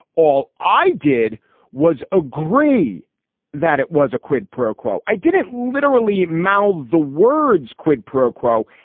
all i did was agree that it was a quid pro quo. i didn't literally mouthed the words quid pro quo.